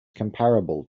comparable